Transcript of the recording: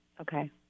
Okay